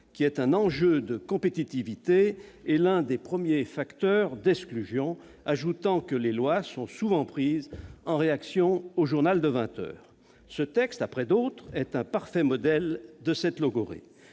qui « est un enjeu de compétitivité » et « l'un des premiers facteurs d'exclusion » ajoutant que les lois sont souvent prises « en réaction au journal de vingt heures ». Ce texte, après d'autres, est un parfait modèle de cette logorrhée.